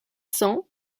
cents